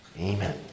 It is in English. Amen